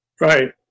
Right